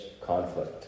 conflict